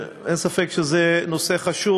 אין ספק שזה נושא חשוב,